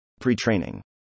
Pre-training